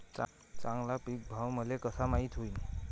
चांगला पीक भाव मले कसा माइत होईन?